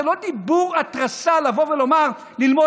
זה לא דיבור או התרסה לבוא ולומר שיש ללמוד